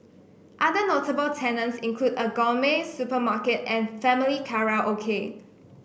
other notable tenants include a gourmet supermarket and family karaoke